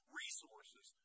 resources